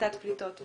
הפחתת פליטות.